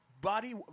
body